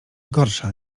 gorsza